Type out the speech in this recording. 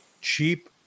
cheap